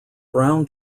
brown